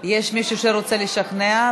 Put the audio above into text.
יש מישהו שרוצה לשכנע?